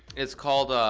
it's called ah